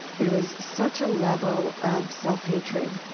there was such a level of self-hatred